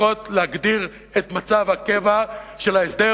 שצריכות להגדיר את מצב הקבע של ההסדר